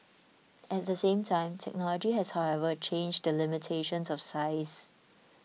at the same time technology has however changed the limitations of size